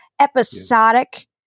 episodic